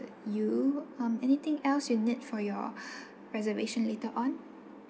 you um anything else you need for your reservation later on